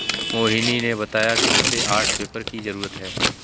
मोहिनी ने बताया कि उसे आर्ट पेपर की जरूरत है